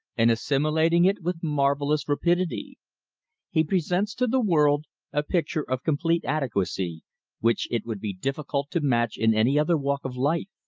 and assimilating it with marvellous rapidity he presents to the world a picture of complete adequacy which it would be difficult to match in any other walk of life.